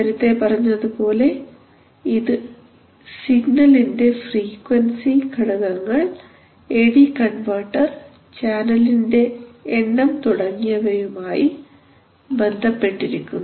നേരത്തെ പറഞ്ഞതുപോലെ ഇത് സിഗ്നലിന്റെ ഫ്രീക്വൻസി ഘടകങ്ങൾ എ ഡി കൺവെർട്ടർ ചാനലിന്റെ എണ്ണം തുടങ്ങിയവയുമായി ബന്ധപ്പെട്ടിരിക്കുന്നു